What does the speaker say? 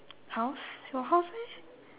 house got house meh